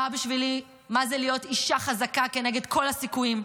שהיא השראה בשבילי מה זה להיות אישה חזקה כנגד כל הסיכויים.